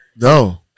No